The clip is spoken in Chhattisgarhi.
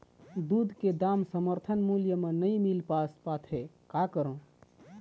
दूध के दाम समर्थन मूल्य म नई मील पास पाथे, का करों?